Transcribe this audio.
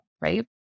right